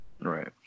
Right